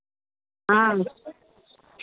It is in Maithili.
हँ